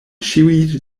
ĉiuj